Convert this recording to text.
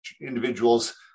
individuals